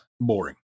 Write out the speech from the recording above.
boring